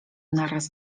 naraz